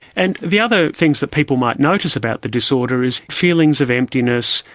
and the other things that people might notice about the disorder is feelings of emptiness,